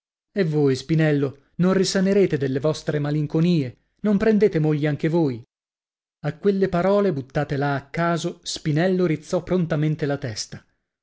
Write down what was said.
e voi spinello non risanerete delle vostre malinconie non prendete moglie anche voi a quelle parole buttate là a caso spinello rizzò prontamente la testa